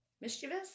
Mischievous